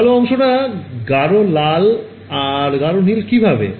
কালো অংশটা আসলে গাঢ় লাল আর গাঢ় নীল কিভাবে